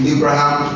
Abraham